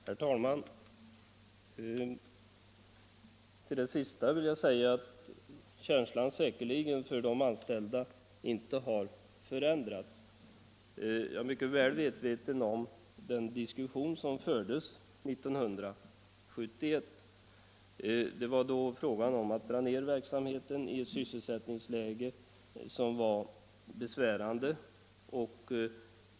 Herr talman! Till det senaste vill jag säga att känslan för de anställda säkerligen inte har förändrats. Jag är väl medveten om den diskussion som fördes 1971. Det var då fråga om att dra ner verksamheten i ett sysselsättningsläge som var besvärande.